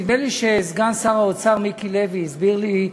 נדמה לי שסגן שר האוצר מיקי לוי הסביר לי,